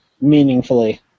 meaningfully